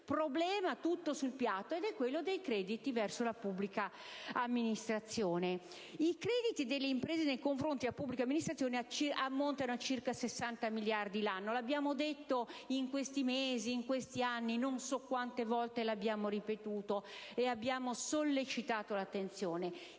è ancora tutto sul piatto, è quello relativo ai crediti verso la pubblica amministrazione. I crediti delle imprese nei confronti della pubblica amministrazione ammontano a circa 60 miliardi di euro l'anno; l'abbiamo detto in questi mesi e in questi anni, non so quante volte l'abbiamo ripetuto e abbiamo sollecitato l'attenzione